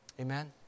Amen